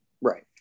Right